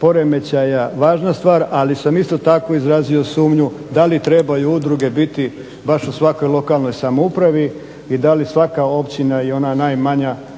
poremećaja važna stvar, ali sam isto tako izrazio sumnju da li trebaju udruge biti baš u svakoj lokalnoj samoupravi i da li svaka općina i ona najmanja